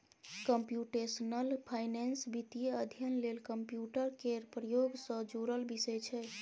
computational finance वित्तीय अध्ययन लेल कंप्यूटर केर प्रयोग सँ जुड़ल विषय छै